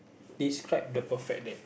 describe the perfect date